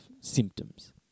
symptoms